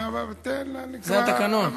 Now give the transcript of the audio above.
זה התקנון.